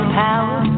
power